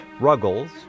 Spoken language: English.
Ruggles